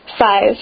Five